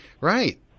right